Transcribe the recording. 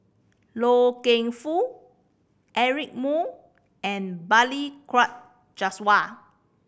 Loy Keng Foo Eric Moo and Balli Kaur Jaswal